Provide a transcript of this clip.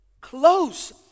close